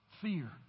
fear